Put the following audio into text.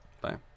Bye